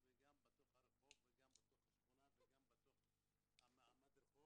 גם במסגרת קופות החולים וגם במסגרת בתי